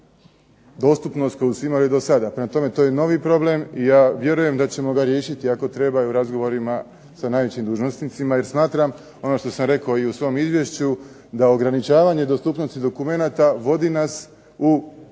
dostupnost koju su imali do sada. Prema tome, to je novi problem i ja vjerujem da ćemo ga riješiti ako treba i u razgovorima sa najvećim dužnosnicima, jer smatram ono što sam rekao i u svom izvješću da ograničavanje dostupnosti dokumenata vodi nas u